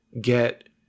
get